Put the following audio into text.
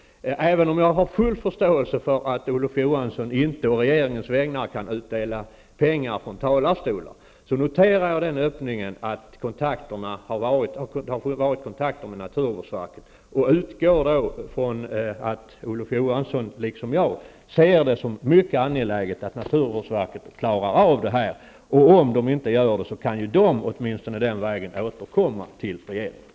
Även om jag har full förståelse för att Olof Johansson inte på regeringens vägnar kan utdela pengar från talarstolar, noterar jag den öppning som det innebär att han har varit i kontakt med naturvårdsverket. Jag utgår från att Olof Johansson, liksom jag, ser det som mycket angeläget att naturvårdsverket klarar av det här. Om man inte gör det, är det åtminstone möjligt att återkomma till regeringen.